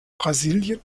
brasilien